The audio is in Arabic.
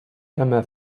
كما